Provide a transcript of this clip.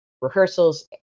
rehearsals